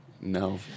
No